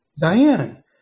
Diane